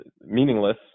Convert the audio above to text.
meaningless